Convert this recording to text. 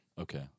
Okay